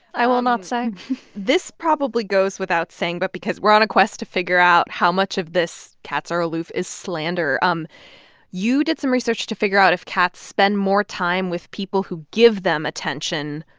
i will not say this probably goes without saying. but because we're on a quest to figure out how much of this cats are aloof is slander, um you did some research to figure out if cats spend more time with people who give them attention,